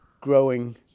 growing